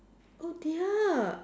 oh dear